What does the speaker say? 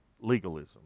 legalism